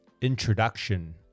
introduction